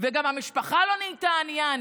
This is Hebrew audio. וגם המשפחה לא נהייתה ענייה,